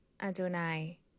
Adonai